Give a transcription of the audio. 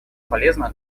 полезно